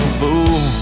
fool